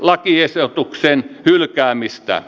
lakiehdotuksen hylkäämistä